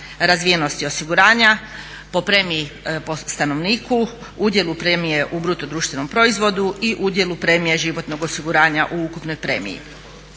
razvijenosti osiguranja po stanovniku, udjelu premije u BDP-u i udjelu premije životnog osiguranja u ukupnoj premiji.